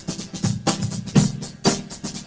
states